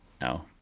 No